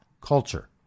culture